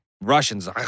Russians